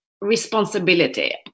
responsibility